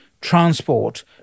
transport